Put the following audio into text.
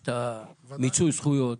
יש את מיצוי זכויות.